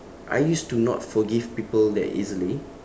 I used to not forgive people that easily